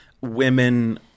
women